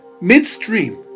midstream